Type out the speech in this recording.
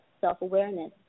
self-awareness